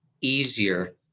easier